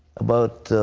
about